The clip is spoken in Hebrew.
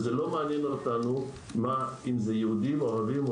לא מעניין אותנו אם זה יהודים או ערבים,